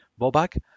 Bobak